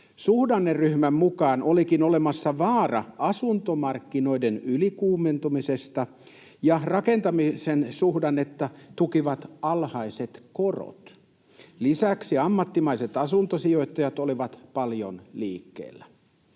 Suhdanneryhmän mukaan olikin olemassa vaara asuntomarkkinoiden ylikuumentumisesta ja rakentamisen suhdannetta tukivat alhaiset korot. Lisäksi ammattimaiset asuntosijoittajat olivat paljon liikkeellä.